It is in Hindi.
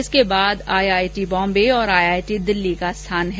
इसके बाद आईआईटी बॉम्बे और आईआईटी दिल्ली का स्थान है